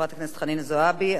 חברת הכנסת חנין זועבי,